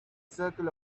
circle